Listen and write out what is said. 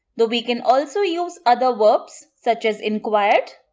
though we can also use other verbs such as enquired,